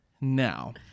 Now